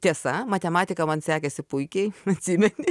tiesa matematika man sekėsi puikiai atsimeni